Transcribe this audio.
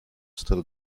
still